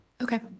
Okay